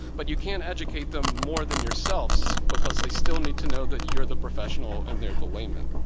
but you can't educate them more than yourself, because they still need to know that you're the professional and they're the layman.